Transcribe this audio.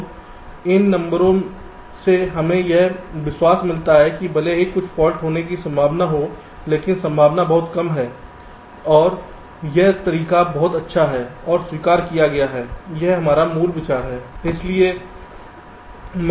तो इन नंबरों से हमें यह विश्वास मिलता है कि भले ही कुछ फॉल्ट होने की संभावना हो लेकिन संभावना बहुत कम है और यह तरीका बहुत अच्छा है और स्वीकार किया गया है यह मूल विचार है